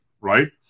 right